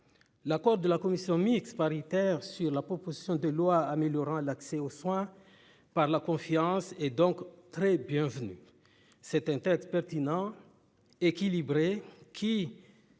L'accord de la commission mixte paritaire sur la proposition de loi améliorant l'accès aux soins par la confiance et donc très bienvenue. C'est un texte pertinent. Équilibré qui.